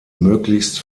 möglichst